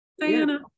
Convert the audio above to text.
Diana